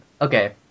okay